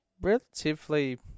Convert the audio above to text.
Relatively